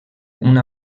una